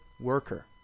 worker